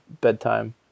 bedtime